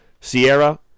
Sierra